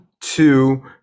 two